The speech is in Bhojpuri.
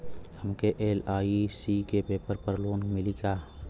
हमके एल.आई.सी के पेपर पर लोन मिली का?